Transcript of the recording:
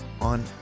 on